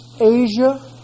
Asia